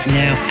now